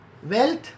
Wealth